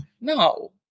No